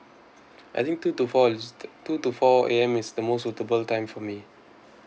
I think two to four is two to four A_M is the most suitable time for me